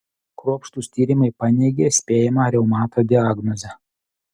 kruopštūs tyrimai paneigė spėjamą reumato diagnozę